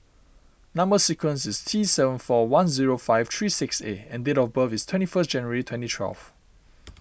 Number Sequence is T seven four one zero five three six A and date of birth is twenty first January twenty twelve